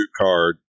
card